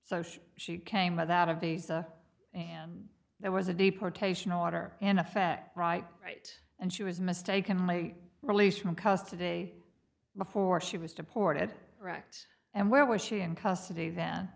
she she came without a visa and there was a deportation order in effect right right and she was mistakenly released from custody before she was deported correct and where was she in custody then